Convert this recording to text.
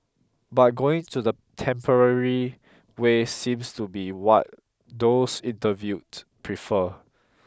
but going to the temporary way seems to be what those interviewed prefer